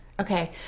Okay